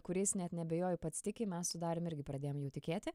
kuriais net neabejoju pats tiki mes su darium irgi pradėjom jau tikėti